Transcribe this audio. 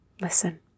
Listen